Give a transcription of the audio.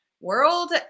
world